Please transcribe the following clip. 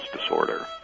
disorder